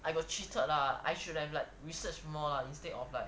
I got cheated lah I should have like research more lah instead of like